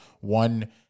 one